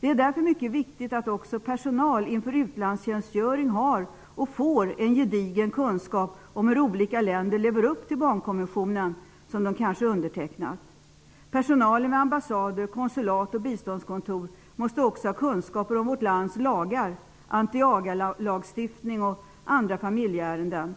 Det är därför mycket viktigt att personal inför utlandstjänstgöring har och får en gedigen kunskap om hur olika länder lever upp till barnkonventionen, som de kanske undertecknat. Personalen vid ambassader, konsulat och biståndskontor måste också ha kunskaper om vårt lands lagar, som antiagalagstiftning och andra familjeärenden.